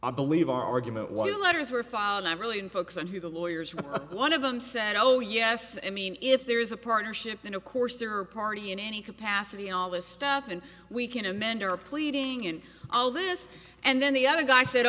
i believe our argument why letters were filed not really in books and who the lawyers were one of them said oh yes i mean if there is a partnership and of course there are party in any capacity all this stuff and we can amend our pleading and all this and then the other guy said